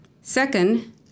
Second